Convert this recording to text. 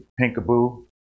pinkaboo